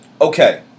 Okay